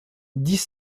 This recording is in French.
dix